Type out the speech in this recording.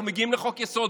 אנחנו מגיעים לחוק-יסוד,